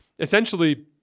Essentially